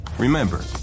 Remember